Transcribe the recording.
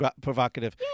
provocative